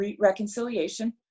reconciliation